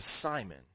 Simon